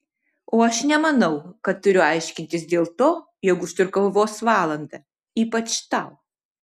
o aš nemanau kad turiu aiškintis dėl to jog užtrukau vos valandą ypač tau